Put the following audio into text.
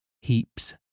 heaps